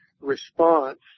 response